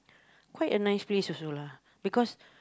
quite a nice place also lah because